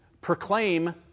proclaim